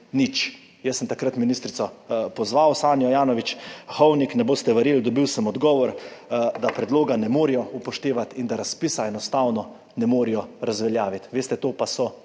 nič. Jaz sem takrat ministrico pozval, Sanjo Ajanović Hovnik, ne boste verjeli, dobil sem odgovor, da predloga ne morejo upoštevati in da razpisa enostavno ne morejo razveljaviti. Veste, to pa so